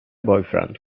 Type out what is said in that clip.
boyfriend